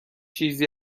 چیزی